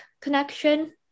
connection